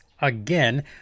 again